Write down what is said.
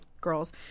girls